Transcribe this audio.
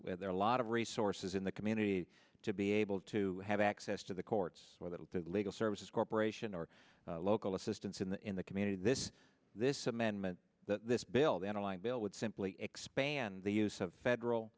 where there are a lot of resources in the community to be able to have access to the courts or the legal services corporation or local assistance in the in the community this this amendment that this bill than a line bill would simply expand the use of federal